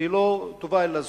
שהיא לא טובה אלא זכות.